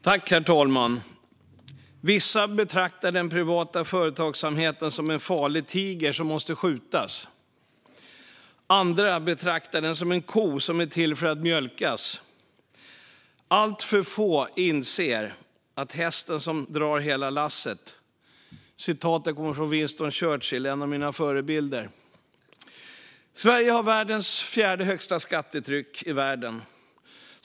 Herr talman! "Vissa betraktar den privata företagsamheten som en farlig tiger som måste skjutas, andra betraktar den som en ko som är till för att mjölkas. Alltför få inser att den är hästen som drar lasset." Citatet kommer från Winston Churchill, en av mina förebilder. Sverige har världens fjärde högsta skattetryck.